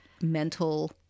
mental